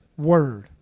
Word